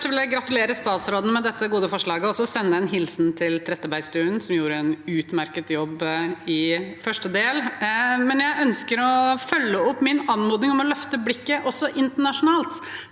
jeg gratu- lere statsråden med dette gode forslaget og også sende en hilsen til Trettebergstuen, som gjorde en utmerket jobb i første del. Jeg ønsker å følge opp min anmodning om å løfte blikket også internasjonalt,